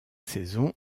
saison